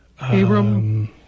Abram